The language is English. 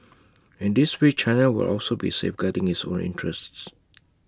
in this way China will also be safeguarding its own interests